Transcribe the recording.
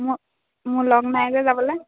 মোক মোৰ লগ নাই যে যাবলৈ